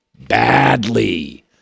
badly